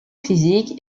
physique